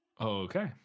Okay